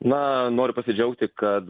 na noriu pasidžiaugti kad